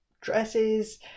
dresses